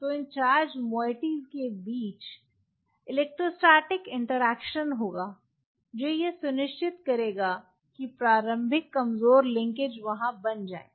तो इन charge moieties के बीच इलेक्ट्रोस्टैटिक इंटरैक्शन होगा जो यह सुनिश्चित करेगा कि प्रारंभिक कमजोर लिंकेज वहां बन जाएँ